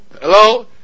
Hello